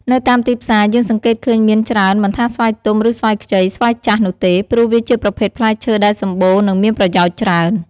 នៅតាមទីផ្សារយើងសង្កេតឃើញមានច្រើនមិនថាស្វាយទុំឬស្វាយខ្ចី ស្វាយចាស់នោះទេ ព្រោះវាជាប្រភេទផ្លែឈើដែលសម្បូរនិងមានប្រយោជន៍ច្រើន។